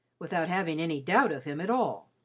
without having any doubt of him at all.